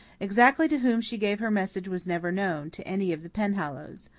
exactly to whom she gave her message was never known to any of the penhallows.